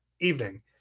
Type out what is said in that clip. evening